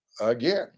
again